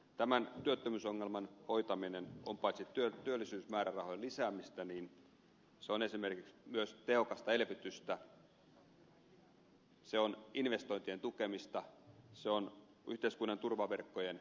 tämän työttömyysongelman hoitaminen on paitsi työllisyysmäärärahojen lisäämistä esimerkiksi myös tehokasta elvytystä se on investointien tukemista se on yhteiskunnan turvaverkkojen hoitamista